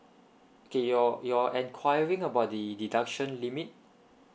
okay you're you're enquiring about the the deduction limit